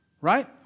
Right